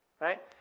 right